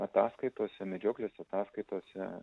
ataskaitose medžioklės ataskaitose